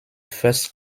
first